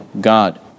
God